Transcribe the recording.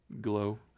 Glow